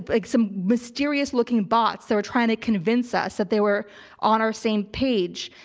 like some mysterious looking bots that were trying to convince us that they were on our same page,